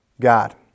God